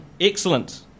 Excellent